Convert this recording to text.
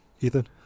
Ethan